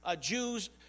Jews